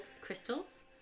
crystals